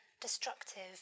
destructive